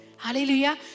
Hallelujah